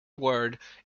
word